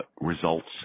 results